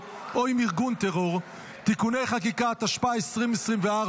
(תיקון מס' 4), התשפ"ה 2024,